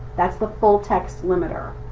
that's the full-text limiter.